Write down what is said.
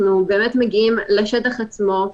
אנחנו מגיעים לשטח עצמו.